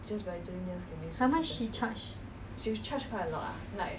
how much she charge